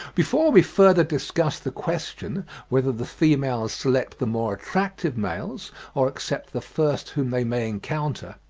before we further discuss the question whether the females select the more attractive males or accept the first whom they may encounter,